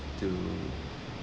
to